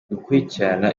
gukurikirana